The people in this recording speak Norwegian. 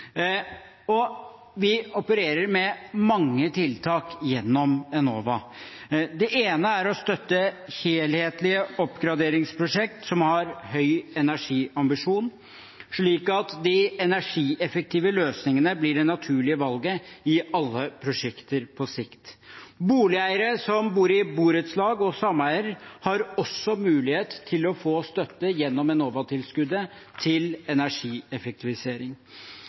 Vi opererer med mange tiltak gjennom Enova. Det ene er å støtte helhetlige oppgraderingsprosjekter som har høy energiambisjon, slik at de energieffektive løsningene blir det naturlige valget i alle prosjekter på sikt. Boligeiere som bor i borettslag og sameier, har også mulighet til å få støtte gjennom Enova-tilskuddet til energieffektivisering.